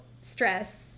stress